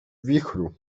wichru